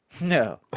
No